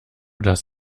das